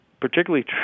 particularly